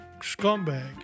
scumbag